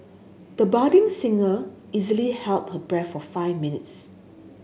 the budding singer easily held her breath for five minutes